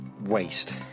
waste